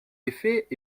effets